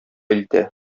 илтә